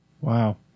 Wow